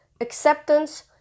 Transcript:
acceptance